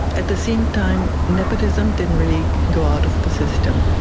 at the same time nepotism didn't really go out of the system.